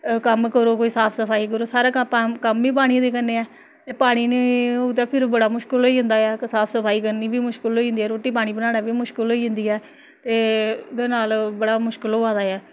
कम्म करो कोई साफ सफाई करो सारा कम्म ई पानियै दे कन्नै ऐ ते पानी निं होग ते फिर बड़ा मुशकल होई जंदा ऐ ते इक साफ सफाई करनी बी मुश्कल होई जंदी ऐ रुट्टी पानी बनाना बी मुश्कल होई जंदी ऐ ते ओह्दे नाल बड़ा मुश्कल होआ दा ऐ